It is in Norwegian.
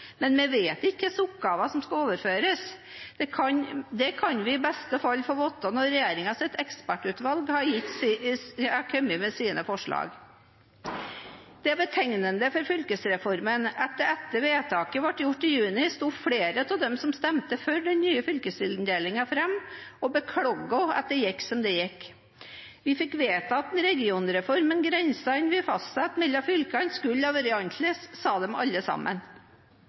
men vi vet ikke hvilke oppgaver som skal overføres. Det kan vi i beste fall få vite når regjeringens ekspertutvalg har kommet med sine forslag. Det er betegnende for fylkesreformen at etter at vedtaket ble gjort i juni, sto flere av de som stemte for den nye fylkesinndelingen, fram og beklaget at det gikk som det gikk. Vi fikk vedtatt en regionreform, men grensene vi fastsatte mellom fylkene, skulle ha vært annerledes, sa de alle sammen.